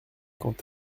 quand